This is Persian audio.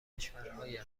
کشورهای